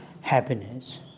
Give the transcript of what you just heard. happiness